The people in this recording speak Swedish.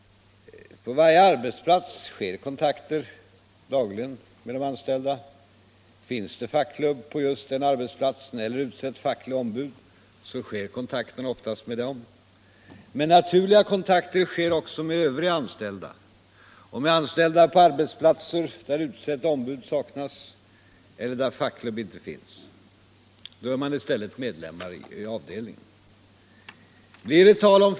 På varje arbetsplats sker dagligen kontakter mellan arbetsgivaren och de anställda. Finns det fackklubb eller utsett fackligt ombud så sker kontakten oftast den vägen, men naturliga kontakter äger rum också med övriga anställda. På arbetsplatser där utsett ombud saknas eller där fackklubb inte finns kan kontakten tas via den avdelning i vilken de anställda är medlemmar.